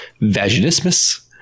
vaginismus